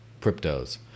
cryptos